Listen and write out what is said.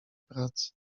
pracy